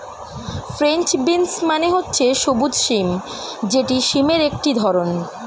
French beans মানে হচ্ছে সবুজ সিম যেটি সিমের একটি ধরণ